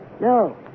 No